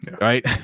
right